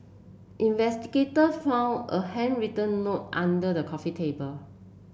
investigator found a handwritten note under the coffee table